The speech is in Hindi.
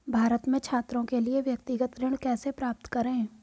भारत में छात्रों के लिए व्यक्तिगत ऋण कैसे प्राप्त करें?